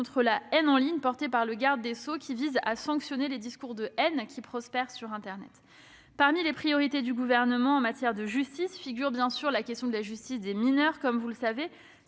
contre la haine en ligne a ainsi été créé par le garde des sceaux afin de sanctionner les discours de haine qui prospèrent sur internet. Parmi les priorités du Gouvernement en matière de justice figure bien sûr la question de la justice des mineurs. Le code de la